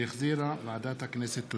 שהחזירה ועדת הכנסת.